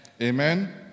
Amen